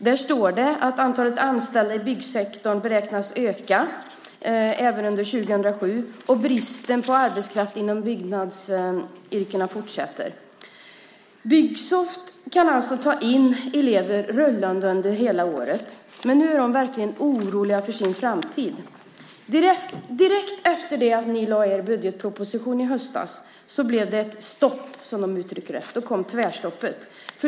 Där står det att antalet anställda i byggsektorn beräknas öka även under år 2007, och att bristen på arbetskraft inom byggnadsyrkena fortsätter. Byggsoft kan ta in elever rullande under hela året. Men nu är de verkligen oroliga för sin framtid. Direkt efter det att regeringen lade fram sin budgetproposition i höstas blev det stopp, som de uttrycker det. Då kom tvärstoppet.